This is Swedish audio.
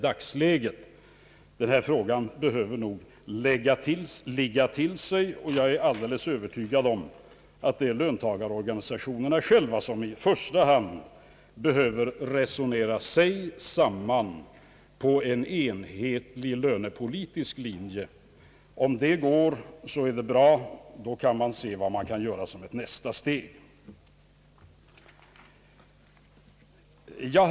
Den här frågan behöver nog ligga till sig, och jag är övertygad om att i första hand löntagarorganisationerna själva behöver resonera sig fram till en enhetlig lönepolitisk linje. Gör de detta, kan de sedan se vad nästa steg bör bli.